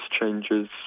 changes